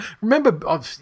remember